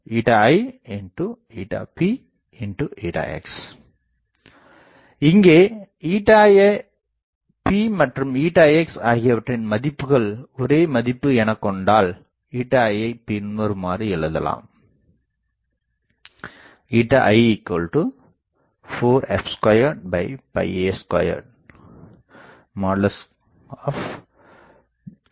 aipx இங்கே p மற்றும் x ஆகியவற்றின் மதிப்புகள் ஒரே மதிப்பு எனக்கொண்டால் i என்பதை பின்வருமாறு எழுதலாம்